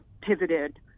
pivoted